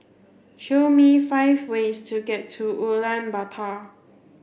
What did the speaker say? show me five ways to get to Ulaanbaatar